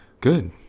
Good